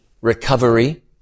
recovery